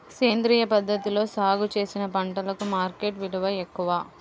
సేంద్రియ పద్ధతిలో సాగు చేసిన పంటలకు మార్కెట్ విలువ ఎక్కువ